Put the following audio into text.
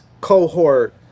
cohort